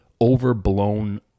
overblown